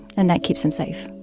and that keeps him safe